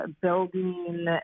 building